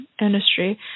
industry